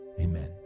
Amen